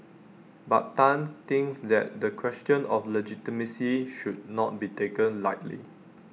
but Tan thinks that the question of legitimacy should not be taken lightly